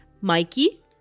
Mikey